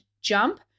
jump